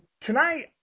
tonight